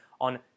on